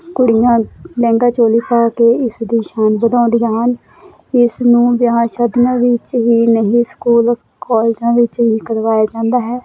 ਕੁੜੀਆਂ ਲਹਿੰਗਾ ਚੋਲੀ ਪਾ ਕੇ ਇਸ ਦੀ ਸ਼ਾਨ ਵਧਾਉਂਦੀਆਂ ਹਨ ਇਸ ਨੂੰ ਵਿਆਹਾਂ ਸ਼ਾਦੀਆਂ ਵਿੱਚ ਹੀ ਨਹੀਂ ਸਕੂਲ ਕਾਲਜਾਂ ਵਿੱਚ ਵੀ ਕਰਵਾਇਆ ਜਾਂਦਾ ਹੈ